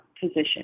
position